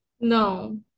no